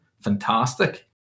fantastic